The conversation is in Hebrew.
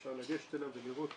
אפשר לגשת אליו ולראות,